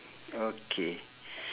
okay